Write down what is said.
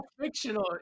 fictional